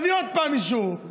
תביא עוד פעם אישור,